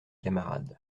camarades